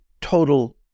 total